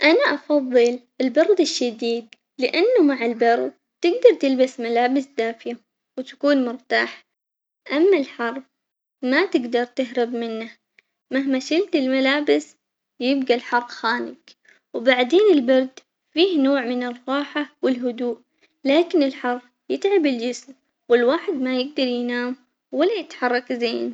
أنا أفضل البرد الشديد لأنه مع البرد تقدر تلبس ملابس دافية، وتكون مرتاح أما الحر ما تقدر تهرب منه مهما شلت الملابس يبقى الحر خانق وبعدين البرد فيه نوع من الراحة والهدوء، لكن الحر يتعب الجسم والواحد ما يقدر ينام ولا يتحرك زين.